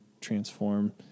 transform